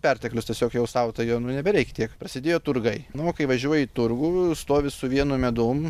perteklius tiesiog jau sau tai jau nu nebereik tiek prasidėjo turgai nu o kai važiuoji į turgų su vienu medum